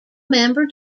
member